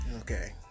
Okay